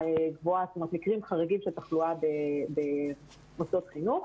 מקרים חריגים של תחלואה במוסדות חינוך.